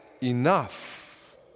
enough